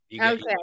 okay